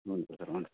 हुन्छ सर हुन्छ